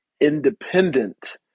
independent